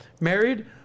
married